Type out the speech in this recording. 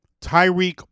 Tyreek